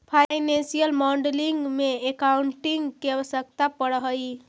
financial modelling में accounting के आवश्यकता पड़ऽ हई